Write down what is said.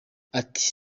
ati